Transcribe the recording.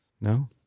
No